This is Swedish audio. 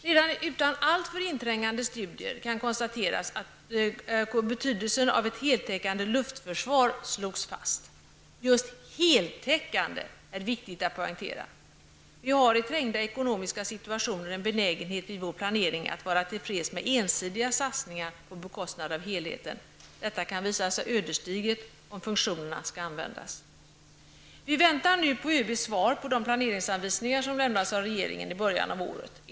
Redan utan alltför inträngande studier kan det konstateras att betydelsen av ett heltäckande luftförsvar slogs fast -- just ordet heltäckande är viktigt att poängtera. Vi har i trängda ekonomiska situationer en benägenhet att i samband med vår planering vara till freds med ensidiga satsningar på bekostnad av helheten. Detta kan visa sig ödesdigert, om funktionerna skall användas. Vi väntar nu på ÖBs svar beträffande de planeringsanvisningar som lämnades av regeringen i början av året.